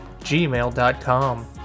gmail.com